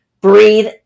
breathe